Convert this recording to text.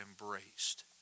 embraced